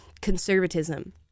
conservatism